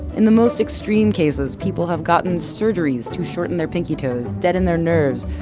in the most extreme cases, people have gotten surgeries to shorten their pinky toes, deaden their nerves,